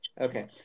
okay